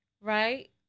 right